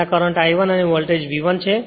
અને આ current I1 છે અને આ વોલ્ટેજ V1 છે